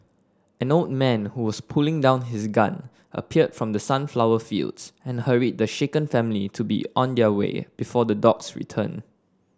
an old man who was putting down his gun appeared from the sunflower fields and hurried the shaken family to be on their way before the dogs return